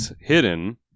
hidden